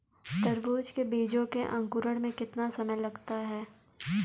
तरबूज के बीजों के अंकुरण में कितना समय लगता है?